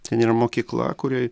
ten yra mokykla kurioj